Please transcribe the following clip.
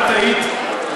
שאת היית,